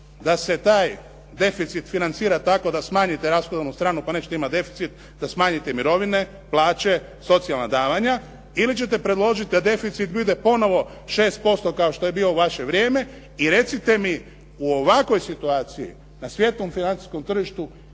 da se taj deficit financira tako da smanjite rashodovnu stranu pa nećete imati deficit, da smanjite mirovine, plaće, socijalna davanja ili ćete predložiti da deficit bude ponovo 6% kao što je bio u vaše vrijeme. I recite mi u ovakvoj situaciji na svjetskom financijskom tržištu